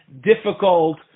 difficult